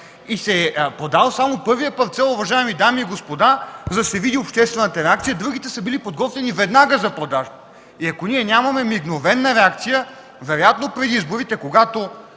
и се е продал само първият парцел, уважаеми дами и господа, за да се види обществената реакция, другите са били подготвени веднага за продажба. И ако ние нямаме мигновена реакция, вероятно преди изборите, когато